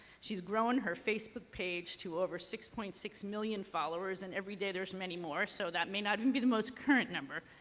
she's grown her facebook page to over six point six million followers and every day there's many more, so that may not even be the most current number.